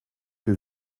que